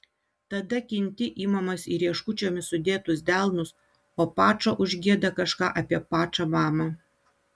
tada kinti imamas į rieškučiomis sudėtus delnus o pačo užgieda kažką apie pačą mamą